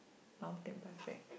I'll take bus back